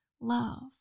love